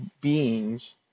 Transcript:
beings